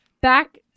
back